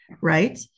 right